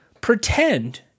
Pretend